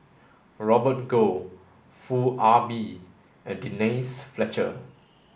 Robert Goh Foo Ah Bee and Denise Fletcher